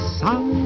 sun